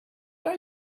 are